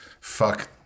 fuck